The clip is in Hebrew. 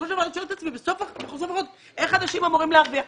בסוף איך אנשים אמורים להרוויח?